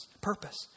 Purpose